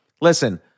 listen